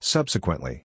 Subsequently